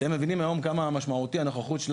אתם יכולים להבין היום כמה משמעותית הנוכחות,